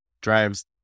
drives